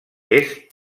est